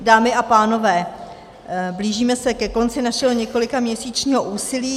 Dámy a pánové, blížíme se ke konci našeho několikaměsíčního úsilí.